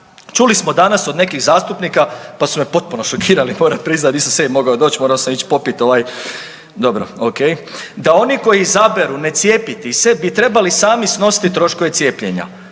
Čuli smo danas od nekih zastupnika pa su me potpuno šokirali moram priznati, nisam sebi mogao doć morao sam ić popit dobro ok, da oni koji izabiru ne cijepiti se bi trebali sami snositi troškove cijepljenja.